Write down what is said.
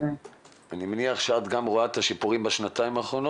אני מניח שאת גם רואה את השיפורים בשנתיים האחרונות?